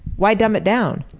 why dumb it down?